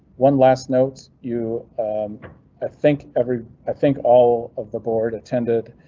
one last note, you um ah think every i think all of the board attended